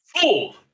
Fool